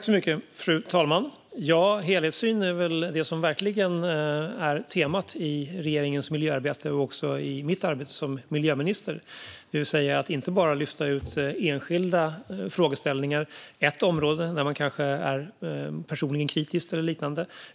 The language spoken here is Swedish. Fru talman! Helhetssyn är verkligen temat i regeringens miljöarbete och i mitt arbete som miljöminister. Det gäller då att inte bara lyfta ut enskilda frågeställningar, till exempel på ett område där man personligen är kritisk.